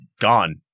gone